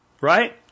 right